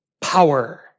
Power